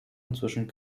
inzwischen